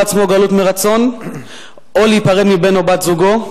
עצמו גלות מרצון או להיפרד מבן או בת-זוגו,